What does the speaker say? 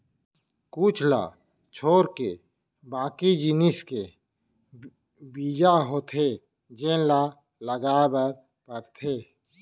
कुछ ल छोरके बाकी जिनिस के बीजा होथे जेन ल लगाए बर परथे